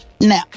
Now